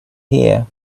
here